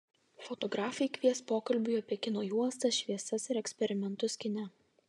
fotografai kvies pokalbiui apie kino juostas šviesas ir eksperimentus kine